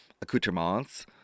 accoutrements